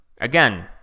again